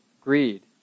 greed